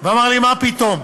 ואמר לי "מה פתאום".